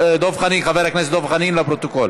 חבר הכנסת דב חנין, לפרוטוקול.